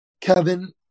kevin